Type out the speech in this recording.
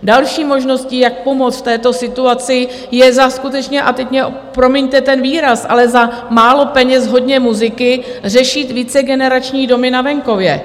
Další možností, jak pomoct v této situaci, je za skutečně a teď mně promiňte ten výraz ale za málo peněz hodně muziky: řešit vícegenerační domy na venkově.